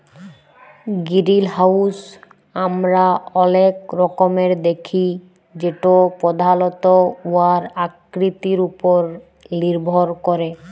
greenhouse আমরা অলেক রকমের দ্যাখি যেট পধালত উয়ার আকৃতির উপর লির্ভর ক্যরে